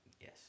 yes